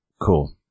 cool